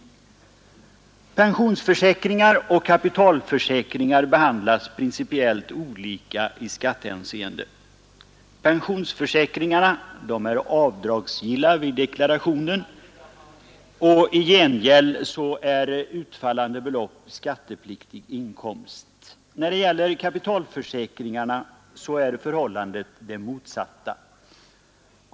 Pensionsförsäkringar och kapitalförsäkringar behandlas principiellt olika i skattehänseende. Pensionsförsäkringarna är avdragsgilla vid deklarationen, och i gengäld är utfallande belopp skattepliktig inkomst. När det gäller kapitalförsäkringarna är förhållandet det motsatta.